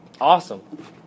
awesome